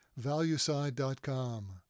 valueside.com